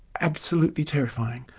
absolutely terrifying.